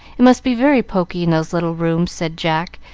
it must be very poky in those little rooms, said jack,